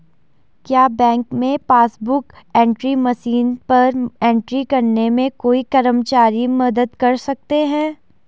क्या बैंक में passbook book entry machine पर एंट्री करने में कोई कर्मचारी मदद कर सकते हैं?